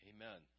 Amen